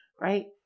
right